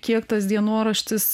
kiek tas dienoraštis